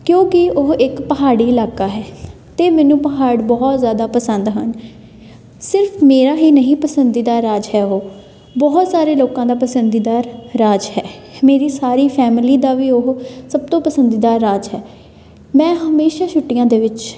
ਕਿਉਂਕਿ ਉਹ ਇੱਕ ਪਹਾੜੀ ਇਲਾਕਾ ਹੈ ਅਤੇ ਮੈਨੂੰ ਪਹਾੜ ਬਹੁਤ ਜ਼ਿਆਦਾ ਪਸੰਦ ਹਨ ਸਿਰਫ ਮੇਰਾ ਹੀ ਨਹੀਂ ਪਸੰਦੀਦਾ ਰਾਜ ਹੈ ਉਹ ਬਹੁਤ ਸਾਰੇ ਲੋਕਾਂ ਦਾ ਪਸੰਦੀਦਾ ਰਾਜ ਹੈ ਮੇਰੀ ਸਾਰੀ ਫੈਮਿਲੀ ਦਾ ਵੀ ਉਹ ਸਭ ਤੋਂ ਪਸੰਦੀਦਾ ਰਾਜ ਹੈ ਮੈਂ ਹਮੇਸ਼ਾ ਛੁੱਟੀਆਂ ਦੇ ਵਿੱਚ